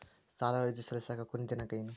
ಸಾಲ ಅರ್ಜಿ ಸಲ್ಲಿಸಲಿಕ ಕೊನಿ ದಿನಾಂಕ ಏನು?